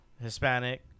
Hispanic